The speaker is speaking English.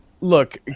look